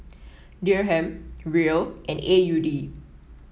Dirham Riel and A U D